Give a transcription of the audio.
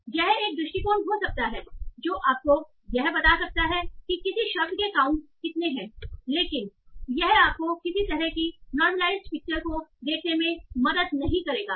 तो यह एक दृष्टिकोण हो सकता है जो आपको यह बता सकता है कि किसी शब्द के काउंट कितने हैं लेकिन यह आपको किसी तरह की नॉर्मलआईजड पिक्चर को देखने में मदद नहीं करेगा